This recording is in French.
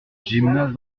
gymnase